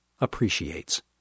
appreciates